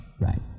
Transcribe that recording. Right